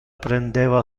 prendeva